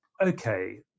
okay